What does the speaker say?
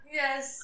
yes